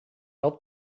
had